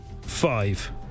Five